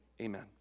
amen